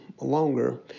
longer